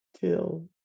Till